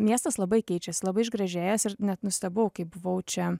miestas labai keičiasi labai išgražėjęs ir net nustebau kai buvau čia